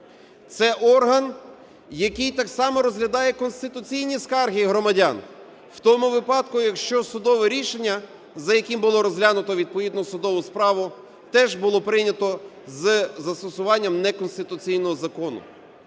Це орган, який так само розглядає конституційні скарги громадян в тому випадку, якщо судове рішення, за яким було розглянуто відповідну судову справу, теж було прийнято з застосуванням неконституційного закону.